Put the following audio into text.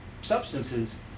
substances